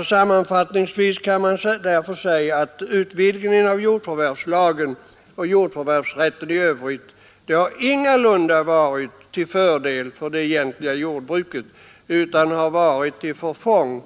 Sammanfattningsvis kan man därför säga att utvidgningen av jordförvärvslagen och av jordförvärvsrätten i övrigt ingalunda har varit till fördel för det egentliga jordbruket utan i vissa avseenden till förfång.